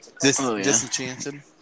Disenchanted